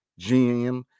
GM